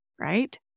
right